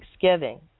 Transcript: Thanksgiving